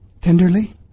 tenderly